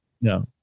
No